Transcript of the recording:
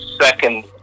second